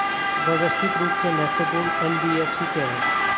व्यवस्थित रूप से महत्वपूर्ण एन.बी.एफ.सी क्या हैं?